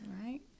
right